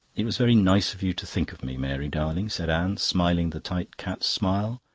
it was very nice of you to think of me, mary darling, said anne, smiling the tight cat's smile.